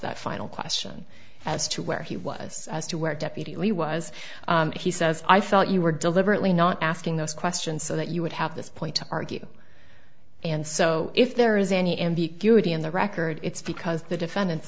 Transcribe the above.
that final question as to where he was as to where deputy was he says i thought you were deliberately not asking those questions so that you would have this point to argue and so if there is any ambiguity in the record it's because the defendant